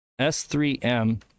S3M